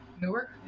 newark